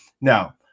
Now